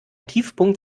tiefpunkt